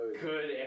Good